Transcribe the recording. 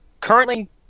currently